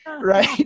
right